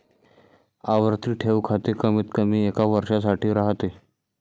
आवर्ती ठेव खाते कमीतकमी एका वर्षासाठी राहते